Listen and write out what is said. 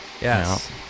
yes